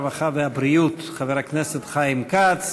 הרווחה והבריאות חבר הכנסת חיים כץ.